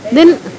then